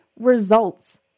results